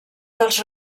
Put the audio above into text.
dels